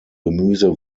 gemüse